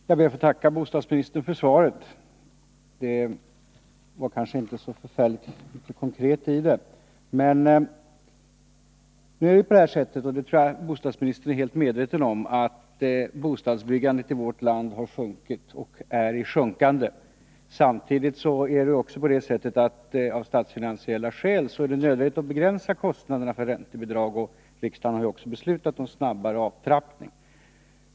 Herr talman! Jag ber att få tacka bostadsministern för svaret. Det var kanske inte så förfärligt konkret. Jag tror att bostadsministern är helt medveten om att bostadsbyggandet i vårt land har sjunkit och är i sjunkande. Samtidigt är det av statsfinansiella skäl nödvändigt att begränsa kostnaderna för räntebidragen. Riksdagen har också beslutat om en snabbare avtrappning.